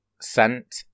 sent